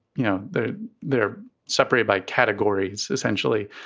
you know, the they're separated by categories, essentially.